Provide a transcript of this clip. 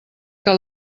que